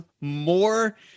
more